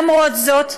למרות זאת,